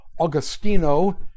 Augustino